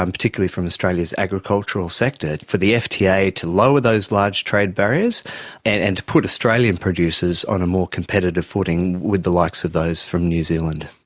um particularly from australia's agricultural sector, for the fta to lower those large trade barriers and and to put australian producers on a more competitive footing with the likes of those from new zealand.